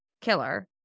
killer